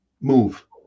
move